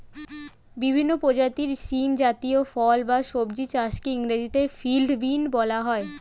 বিভিন্ন প্রজাতির শিম জাতীয় ফল বা সবজি চাষকে ইংরেজিতে ফিল্ড বিন বলা হয়